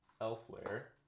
elsewhere